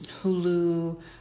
Hulu